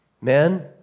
Men